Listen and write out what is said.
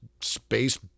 space